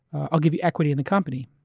i'll give you equity in the company,